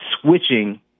switching